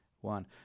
One